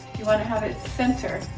you want to have it center.